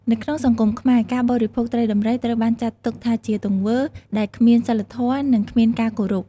នៅក្នុងសង្គមខ្មែរ ការបរិភោគត្រីដំរីត្រូវបានចាត់ទុកថាជាទង្វើដែលគ្មានសីលធម៌និងគ្មានការគោរព។